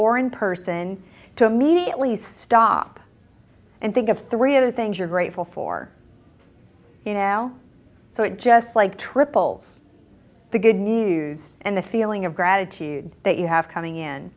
or in person to immediately stop and think of three other things you're grateful for you know so it's just like triple the good news and the feeling of gratitude that you have coming in